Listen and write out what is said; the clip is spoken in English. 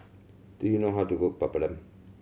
do you know how to cook Papadum